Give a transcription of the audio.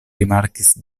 rimarkis